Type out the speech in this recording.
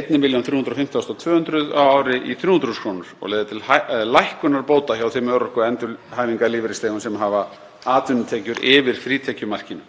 1.315.200 á ári í 300.000 kr. og leiða til lækkunar bóta hjá þeim örorku- og endurhæfingarlífeyrisþegum sem hafa atvinnutekjur yfir frítekjumarkinu.